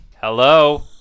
Hello